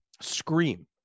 Scream